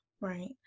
Right